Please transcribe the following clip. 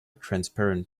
transparent